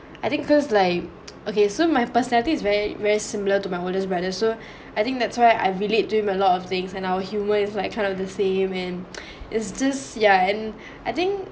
I think close like okay so my personality is very very similar to my oldest brother so I think that's why I relate to him a lot of things and our humor is like kind of the same and it's just yeah and I think